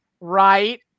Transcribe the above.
Right